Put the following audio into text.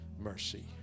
mercy